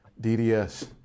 DDS